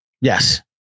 Yes